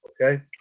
okay